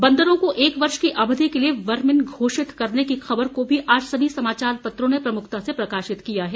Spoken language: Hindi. बंदरों को एक वर्ष की अवधि के लिए वर्मिन घोषित करने की खबर को भी आज सभी समाचार पत्रों ने प्रमुखता से प्रकाशित किया है